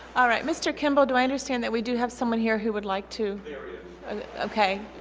alright mr. kimble do i understand that we do have someone here who would like to okay